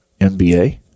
MBA